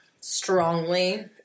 Strongly